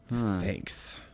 Thanks